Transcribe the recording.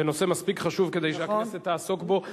זה נושא מספיק חשוב כדי שהכנסת תעסוק בו,